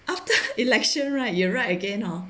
after election right you write again hor